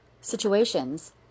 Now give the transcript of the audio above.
situations